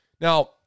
Now